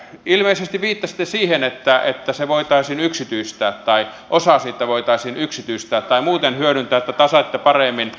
ilmeisesti viittasitte siihen että se voitaisiin yksityistää tai osa siitä voitaisiin yksityistää tai muuten hyödyntää tasetta paremmin